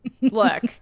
Look